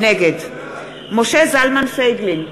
נגד משה זלמן פייגלין,